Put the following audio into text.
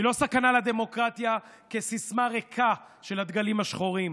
היא לא סכנה לדמוקרטיה כסיסמה ריקה של הדגלים השחורים.